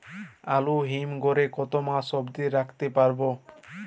আলু হিম ঘরে কতো মাস অব্দি রাখতে পারবো?